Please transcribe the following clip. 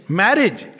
marriage